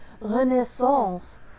Renaissance